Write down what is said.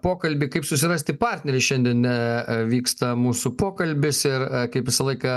pokalbį kaip susirasti partnerį šiandien vyksta mūsų pokalbis ir kaip visą laiką